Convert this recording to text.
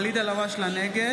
נגד